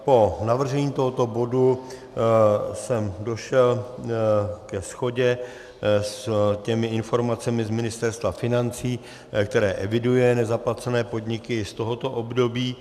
Po navržení tohoto bodu jsem došel ke shodě s informacemi z Ministerstva financí, které eviduje nezaplacené podniky z tohoto období.